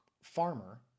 farmer